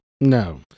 No